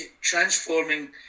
transforming